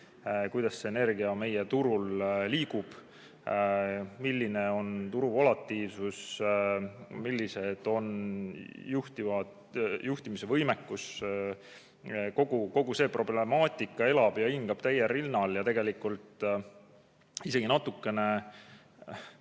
Kuidas energia meie turul liigub? Milline on turu volatiilsus, milline on juhtimisvõimekus? Kogu see problemaatika elab ja hingab täiel rinnal ja tegelikult on isegi natukene